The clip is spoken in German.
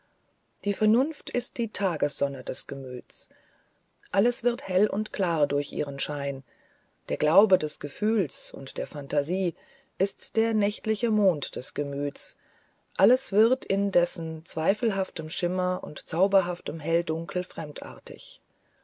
die vernunft ist die tagessonne des gemüts alles wird hell und klar durch ihren schein der glaube des gefühls und der phantasie ist der nächtliche mond des gemüts alles wird in dessen zweifelhaftem schimmern und zauberhaftem helldunkel fremdartig